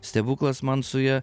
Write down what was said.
stebuklas man su ja